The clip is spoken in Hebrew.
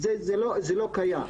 זה לא קיים.